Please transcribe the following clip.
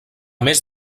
més